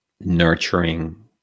nurturing